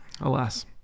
alas